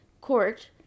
Court